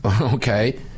Okay